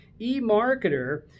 eMarketer